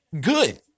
good